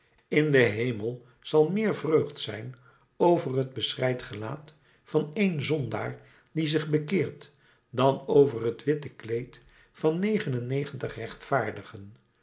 in den hemel zal meer vreugd zijn over het beschreid gelaat van één zondaar die zich bekeert dan over het witte kleed van negenennegentig rechtvaardigen